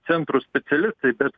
centro specialistai bet